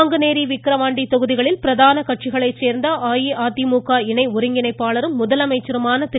நாங்குநேரி விக்கிரவாண்டி தொகுதிகளில் பிரதான கட்சிகளைச் சேர்ந்த அஇஅதிமுக இணை ஒருங்கிணைப்பாளரும் முதலமைச்சருமான திரு